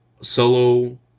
solo